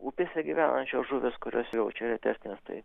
upėse gyvenančios žuvys kurios jaučia retesnės tai